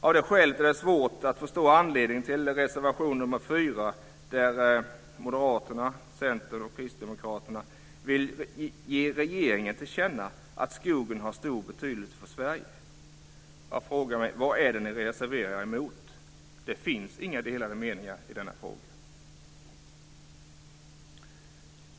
Av det skälet är det svårt att förstå anledningen till reservation 4 där Moderaterna, Centerpartiet och Kristdemokraterna vill ge regeringen till känna att skogen har stor betydelse för Sverige. Jag frågar mig: Vad är det som ni reserverar er emot? Det finns inga delade meningar i denna fråga.